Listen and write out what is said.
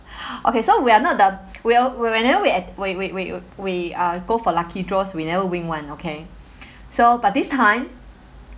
okay so we are not the we'll whenever we we we uh we uh go for lucky draws we never win [one] okay so but this time